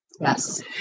Yes